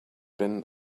been